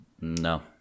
No